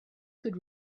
could